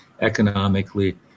Economically